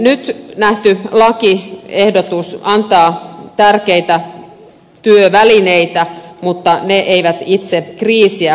nyt nähty lakiehdotus antaa tärkeitä työvälineitä mutta ne eivät itse kriisiä ratkaise